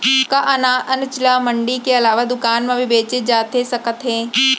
का अनाज ल मंडी के अलावा दुकान म भी बेचे जाथे सकत हे?